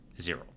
zero